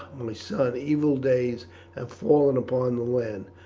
my son, evil days have fallen upon the land.